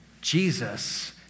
Jesus